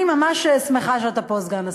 סגן השר,